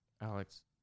Alex